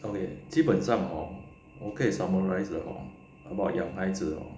okay 基本上 hor 我可以 summarized 的 hor about 养孩子 hor